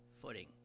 footing